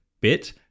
bit